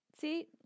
See